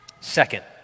Second